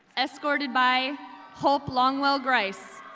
escorted by hope longwell-grice,